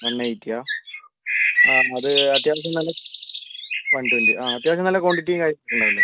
one എയ്റ്റിയാ അത് അത്യാവശ്യം നല്ല വൺ ട്വന്റി അത്യാവശ്യം നല്ല ക്വാണ്ടിറ്റി കാര്യൊക്കെ ഉണ്ടാവില്ലേ